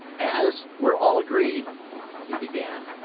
as we're all agreed he began.